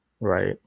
Right